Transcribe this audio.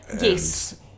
Yes